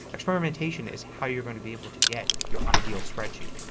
experimentation is how you're going to be able to get your ideal spreadsheet.